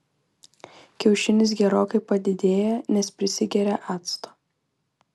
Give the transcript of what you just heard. kiaušinis gerokai padidėja nes prisigeria acto